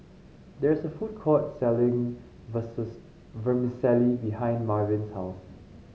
there is a food court selling Vermicelli behind Marvin's house